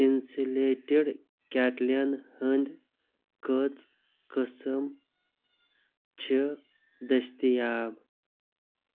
insulated کیٚٹلٮ۪ن ہٕنٛدۍ کٔژ قٕسم چھِ دٔستِیاب